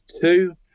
two